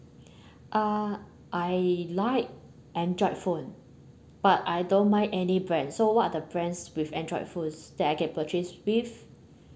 uh I like android phone but I don't mind any brand so what are the brands with android phones that I can purchase with